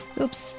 Oops